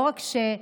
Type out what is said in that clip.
לא רק שאולי,